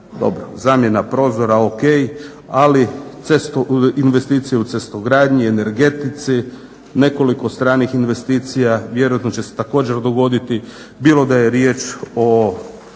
zamjena prozora o.k., investicije u cestogradnji, energetici, nekoliko stranih investicija. Vjerojatno će se također dogoditi bilo da je riječ o